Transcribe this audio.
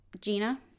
gina